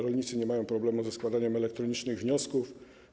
Rolnicy nie mają problemu ze składaniem elektronicznych wniosków.